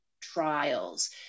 trials